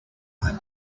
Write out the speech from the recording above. are